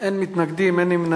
בעד, 9, אין מתנגדים, אין נמנעים.